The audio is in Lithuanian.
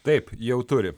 taip jau turi